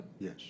Yes